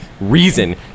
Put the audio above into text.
reason